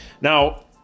Now